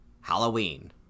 Halloween